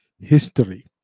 history